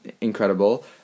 incredible